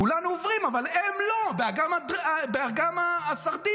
כולנו עוברים, אבל הם לא, באגם הסרדינים,